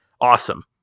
awesome